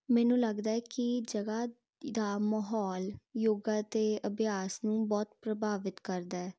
ਮੈਨੂੰ ਲੱਗਦਾ ਕਿ ਜਗ੍ਹਾ ਦਾ ਮਾਹੌਲ ਯੋਗਾ ਅਤੇ ਅਭਿਆਸ ਨੂੰ ਬਹੁਤ ਪ੍ਰਭਾਵਿਤ ਕਰਦਾ